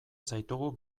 zaitugu